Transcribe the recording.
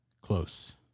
Close